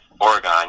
Oregon